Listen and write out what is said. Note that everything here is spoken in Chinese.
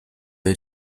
伴随